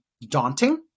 daunting